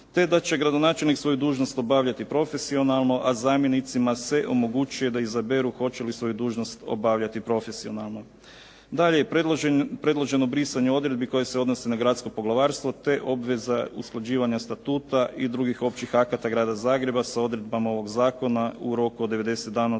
te da će gradonačelnik svoju dužnost obavljati profesionalno, a zamjenicima se omogućuje da izaberu hoće li svoju dužnost obavljati profesionalno. Dalje je predloženo brisanje odredbi koje se odnose na Gradsko poglavarstvo te obveza usklađivanja Statuta i drugih općih akata Grada Zagreba sa odredbama ovog zakona u roku od 90